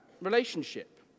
relationship